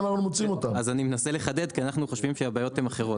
אז אני מנסה לחדד כי אנחנו חושבים שהבעיות הן אחרות.